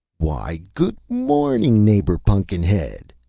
why, good morning, neighbor pun'kin-head!